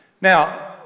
Now